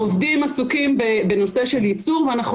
העובדים עסוקים בנושא של ייצור ואנחנו